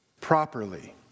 properly